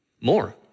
More